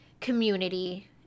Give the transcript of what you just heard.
community